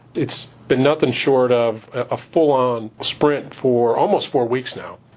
it's been nothing short of a full-on sprint for almost four weeks now.